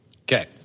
Okay